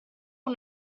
con